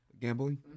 Gambling